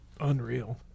Unreal